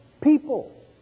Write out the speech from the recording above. people